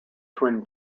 twin